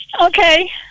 Okay